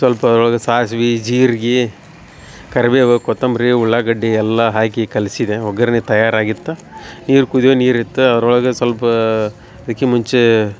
ಸ್ವಲ್ಪ ಅದ್ರೊಳಗ ಸಾಸ್ವಿ ಜೀರ್ಗಿ ಕರಿಬೇವು ಕೋತ್ತಂಬರಿ ಉಳ್ಳಾಗಡ್ಡಿ ಎಲ್ಲಾ ಹಾಕಿ ಕಲ್ಸಿದೆ ಒಗ್ಗರ್ಣಿ ತಯಾರಾಗಿತ್ತು ನೀರು ಕುದಿಯೋ ನೀರು ಇತ್ತ ಅದ್ರೊಳಗೆ ಸ್ವಲ್ಪ ಇದ್ಕಿ ಮುಂಚೆ